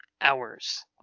hours